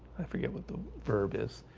i forget what the verb is